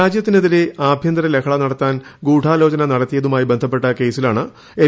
രാജ്യത്തിനെതിരെ ആഭ്യന്തര ലഹള നടത്താൻ ഗൂഢാലോചന നടത്തിയതുമായി ബന്ധപ്പെട്ട കേസിലാണ് എൻ